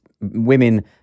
women